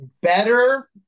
better